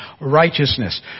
righteousness